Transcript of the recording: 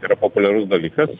yra populiarus dalykas